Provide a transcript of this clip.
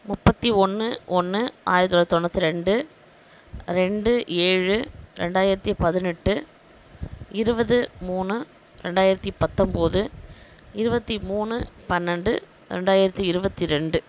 முப்பத்தி ஒன்று ஒன்று ஆயிரத்தி தொள்ளாயிரத்தி தொண்ணூற்றி ரெண்டு ரெண்டு ஏழு ரெண்டாயிரத்தி பதினெட்டு இருபது மூணு ரெண்டாயிரத்தி பத்தொம்பது இருபத்தி மூணு பன்னெண்டு ரெண்டாயிரத்தி இருபத்தி ரெண்டு